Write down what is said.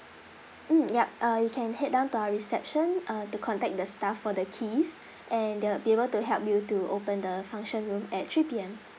mm yup uh you can head down to our reception uh to contact the staff for the keys and they'll be able to help you to open the function room at three P_M